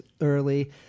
early